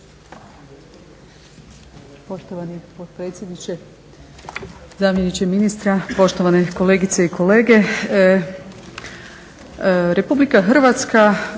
Hrvatskoj